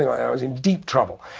i was in deep trouble.